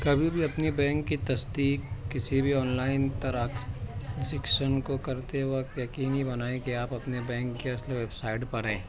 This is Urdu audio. کبھی بھی اپنی بینک کی تصدیق کسی بھی آن لائن ٹرانزیکشن کو کرتے وقت یقینی بنائیں کہ آپ اپنے بینک کی اصل ویب سائٹ پر ہے